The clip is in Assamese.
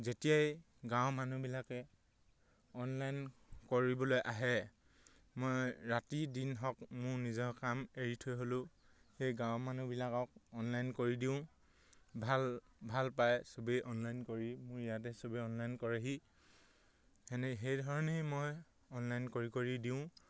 যেতিয়াই গাঁৱৰ মানুহবিলাকে অনলাইন কৰিবলৈ আহে মই ৰাতি দিন হওক মোৰ নিজৰ কাম এৰি থৈ হ'লেও সেই গাঁৱৰ মানুহবিলাকক অনলাইন কৰি দিওঁ ভাল ভাল পায় চবেই অনলাইন কৰি মোৰ ইয়াতে চবেই অনলাইন কৰেহি সেনে সেইধৰণেই মই অনলাইন কৰি কৰি দিওঁ